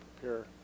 prepare